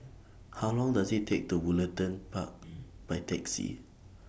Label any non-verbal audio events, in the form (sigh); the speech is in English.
How Long Does IT Take to Woollerton Park (noise) By Taxi